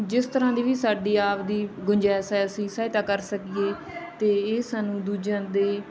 ਜਿਸ ਤਰ੍ਹਾਂ ਦੀ ਵੀ ਸਾਡੀ ਆਪਦੀ ਗੁੰਜਾਇਸ਼ ਹੈ ਅਸੀਂ ਸਹਾਇਤਾ ਕਰ ਸਕੀਏ ਅਤੇ ਇਹ ਸਾਨੂੰ ਦੂਜਿਆਂ ਦੇ